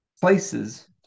places